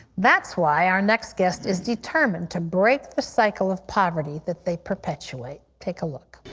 that's why our next guest is determined to break the cycle of poverty that they perpetuate. take a look.